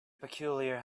peculiar